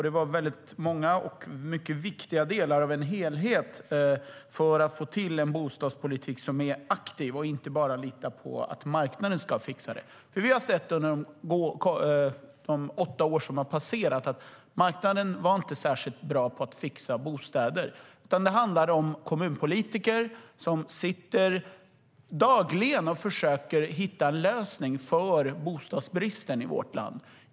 Det var väldigt många och viktiga delar av en helhet för att få till en bostadspolitik som är aktiv och inte bara litar på att marknaden ska fixa det. Vi har under de åtta år som passerat sett att marknaden inte var särskilt bra på att fixa bostäder. Dagligen sitter kommunpolitiker och försöker hitta en lösning på bostadsbristen i vårt land.